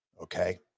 Okay